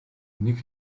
нэг